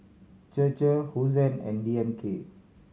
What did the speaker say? Chir Chir Hosen and D M K